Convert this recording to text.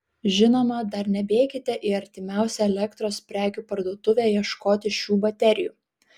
žinoma dar nebėkite į artimiausią elektros prekių parduotuvę ieškoti šių baterijų